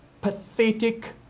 pathetic